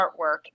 artwork